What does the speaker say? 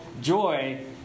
Joy